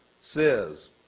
says